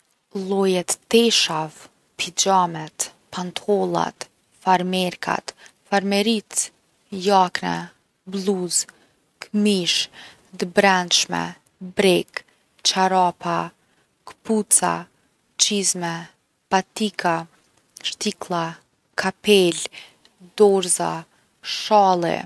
Lloje t’teshave, pixhamet, pantollat, farmerkat, famericë, jakne, blluzë, kmishë, t’brendshme, brekë, çarapa, kpuca, qizme, patika, shtiklla, kapele, dorza, shalli.